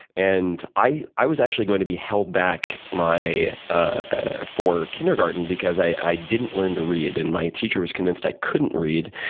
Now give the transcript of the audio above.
and i i was actually going to be held back ah for kindergarten because i didn't learn to read, and my teacher was convinced i couldn't read,